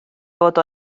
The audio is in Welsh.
fod